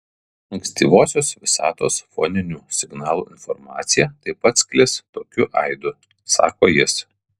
ankstyvosios visatos foninių signalų informacija taip pat sklis tokiu aidu sako jis